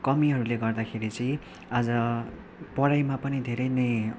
कमीहरूले गर्दाखेरि चाहिँ आज पढाइमा पनि धेरै नै